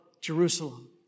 Jerusalem